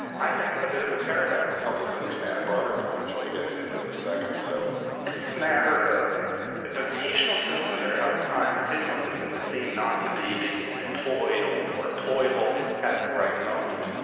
i think, a bit of a paradox to help us understand a broader point, which i'll be getting to in just a second or so. it's this matter of notational systems that are out of time, notational systems that seem not to be being employed or or employable at the right moment.